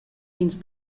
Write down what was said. ins